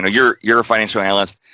know, you're, you're a financial analyst,